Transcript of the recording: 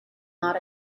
not